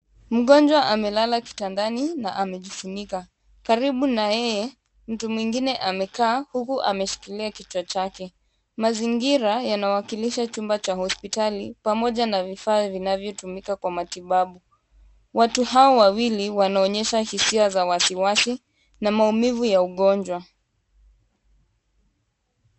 Mgonjwa amelala kitandani na amejifunika. Karibu na yeye , mtu mwingine amekaa huku ameshikilia kichwa chake. Mazingira yanawakilisha chumba cha hospitali pamoja na vifaa vinavyotumika kwa matibabu. Watu hao wawili wanaonyesha hisia za wasiwasi na maumivu ya ugonjwa.